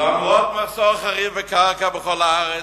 למרות המחסור החריף בקרקע בכל הארץ,